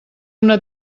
una